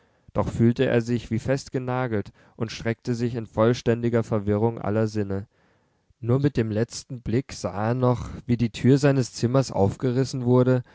doch fühlte er sich wie festgenagelt und streckte sich in vollständiger verwirrung aller sinne nur mit dem letzten blick sah er noch wie die tür seines zimmers aufgerissen wurde